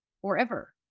forever